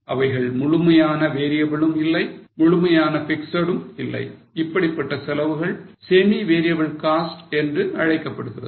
அவைகள் முழுமையான variable ம் இல்லை முழுமையான fixed ம் இல்லை இப்படிப்பட்ட செலவுகள் semi variable costs என்று அழைக்கப்படுகிறது